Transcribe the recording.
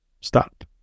stop